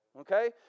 Okay